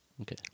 Okay